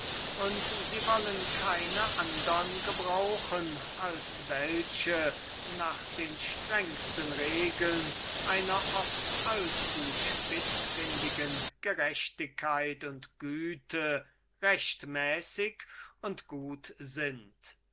und sie wollen keine andre gebrauchen als welche nach den strengesten regeln einer oft allzuspitzfündigen gerechtigkeit und güte rechtmäßig und gut sind